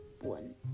one